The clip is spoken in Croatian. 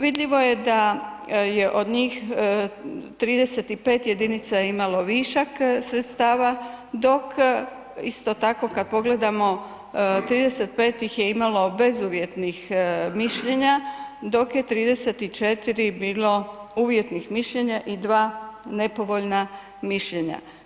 Vidljivo je da je od njih 35 jedinica imalo višak sredstava, dok isto tako kad pogledamo 35 ih je imalo bezuvjetnih mišljenja dok je 34 bilo uvjetnih mišljenja i 2 nepovoljna mišljenja.